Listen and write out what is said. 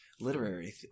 literary